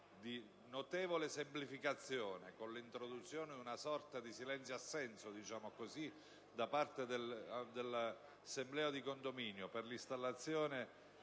di notevole semplificazione, prevedendo l'introduzione di una sorta di silenzio-assenso da parte dell'assemblea di condominio per l'installazione